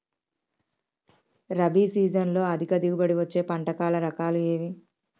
రబీ సీజన్లో అధిక దిగుబడి వచ్చే పంటల రకాలు ఏవి?